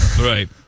Right